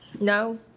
No